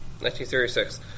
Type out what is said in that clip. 1936